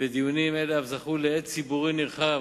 ודיונים אלה אף זכו להד ציבורי נרחב,